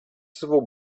svou